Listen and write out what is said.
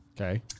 Okay